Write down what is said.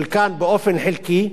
חלקן באופן חלקי.